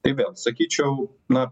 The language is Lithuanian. tai vėl sakyčiau na